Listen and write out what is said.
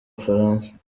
bufaransa